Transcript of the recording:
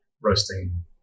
roasting